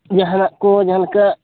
ᱡᱟᱦᱟᱱᱟᱜ ᱠᱚ ᱡᱟᱦᱟᱸ ᱞᱮᱠᱟ